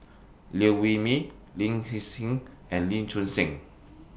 Liew Wee Mee Lin Hsin Hsin and Lee Choon Seng